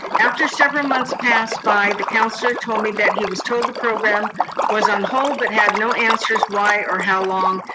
after several months passed by, the counselor told me that he was told the program was on hold, but had no answers why or how long,